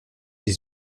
des